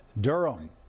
Durham